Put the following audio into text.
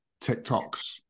tiktoks